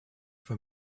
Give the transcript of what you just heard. for